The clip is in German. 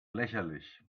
lächerlich